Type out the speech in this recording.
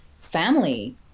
family